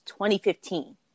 2015